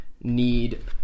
need